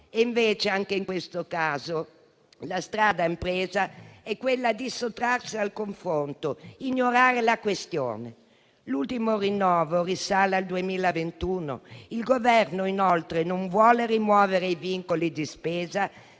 Invece, anche in questo caso, la strada intrapresa è quella di sottrarsi al confronto e ignorare la questione. L'ultimo rinnovo risale al 2021. Il Governo, inoltre, non vuole rimuovere i vincoli di spesa,